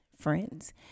friends